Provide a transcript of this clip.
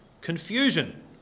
confusion